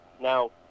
Now